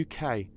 UK